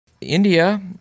India